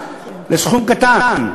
לסכום קטן.